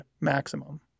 maximum